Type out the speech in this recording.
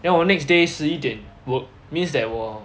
then 我 next day 十一点 work means that 我